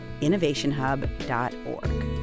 innovationhub.org